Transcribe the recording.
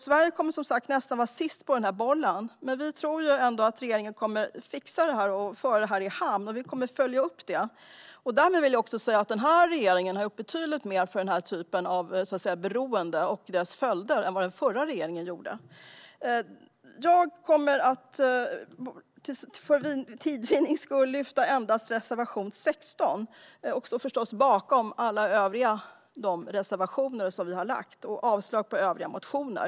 Sverige kommer som sagt att vara nästan sist på den här bollen, men vi tror ändå att regeringen kommer att fixa detta och föra det i hamn. Vi kommer att följa upp det. Därmed vill jag också säga att den här regeringen har gjort betydligt mer för människor med beroende och följderna av det än vad den förra regeringen gjorde. För tids vinnande yrkar jag bifall endast till reservation 16, men jag står förstås bakom alla våra övriga reservationer. Jag yrkar avslag på övriga motioner.